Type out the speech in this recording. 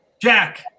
Jack